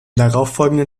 darauffolgenden